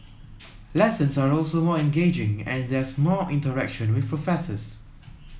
lessons are also more engaging and there's more interaction with professors